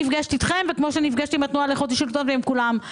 כפי שנפגשתי אתכם וכפי שנפגשתי עם אנשי התנועה לאיכות השלטון ועם כולם.